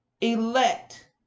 Elect